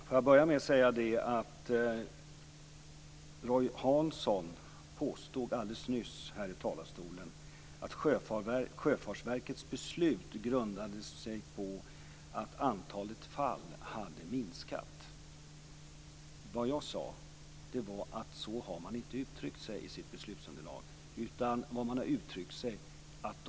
Fru talman! Roy Hansson påstod alldeles nyss här i talarstolen att Sjöfartsverkets beslut grundade sig på att antalet fall hade minskat. Vad jag sade var inte att man hade uttryckt sig så i sitt beslutsunderlag.